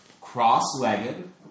cross-legged